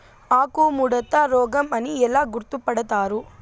ఆకుముడత రోగం అని ఎలా గుర్తుపడతారు?